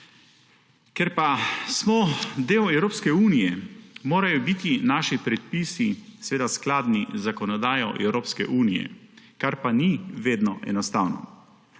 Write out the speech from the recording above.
Ker smo del Evropske unije, morajo biti naši predpisi skladni z zakonodajo Evropske unije, kar pa ni vedno enostavno.